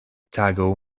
tago